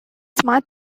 smart